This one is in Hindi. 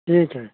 ठीक है